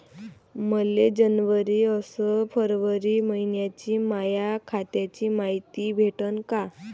मले जनवरी अस फरवरी मइन्याची माया खात्याची मायती भेटन का?